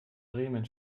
bremen